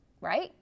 right